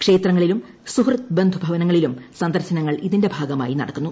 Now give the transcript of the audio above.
ക്ഷേത്രങ്ങളിലും സുഹൃത്ത് ബന്ധു ഭവനങ്ങളിലും സന്ദർശനങ്ങൾ ഇതിന്റെ ഭാഗമായി നടക്കുന്നു